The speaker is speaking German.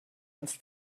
hans